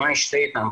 לשתות איתם,